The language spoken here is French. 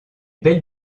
belles